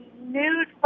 nude